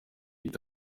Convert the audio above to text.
gito